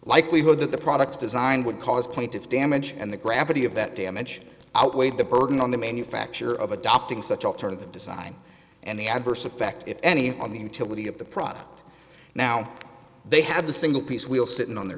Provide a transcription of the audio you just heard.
likelihood that the product design would cause point of damage and the gravity of that damage outweighed the burden on the manufacture of adopting such alternative design and the adverse effect if any on the utility of the product now they have the single piece we all sitting on the